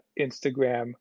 Instagram